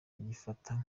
babifata